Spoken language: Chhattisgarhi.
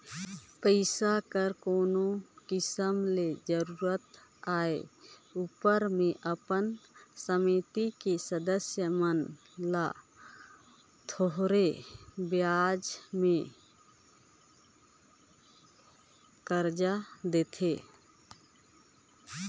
पइसा कर कोनो किसिम ले जरूरत आए उपर में अपन समिति के सदस्य मन ल थोरहें बियाज में करजा देथे